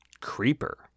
Creeper